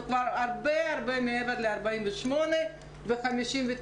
אני כבר הרבה מעבר ל-48 ו-59,